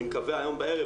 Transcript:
אני מקווה היום בערב,